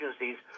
agencies